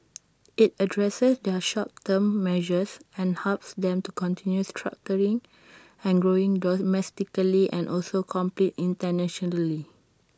IT addresses their short term measures and helps them to continue structuring and growing domestically and also compete internationally